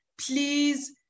Please